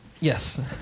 Yes